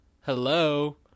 Hello